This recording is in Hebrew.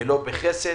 ולא בחסד.